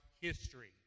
history